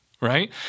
Right